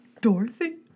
Dorothy